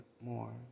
more